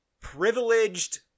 privileged